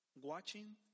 Watching